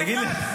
אחד.